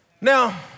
Now